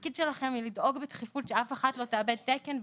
התפקיד שלכם הוא לדאוג בדחיפות שאף אחת לא תאבד תקן,